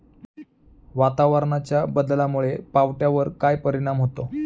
वातावरणाच्या बदलामुळे पावट्यावर काय परिणाम होतो?